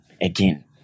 again